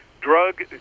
drug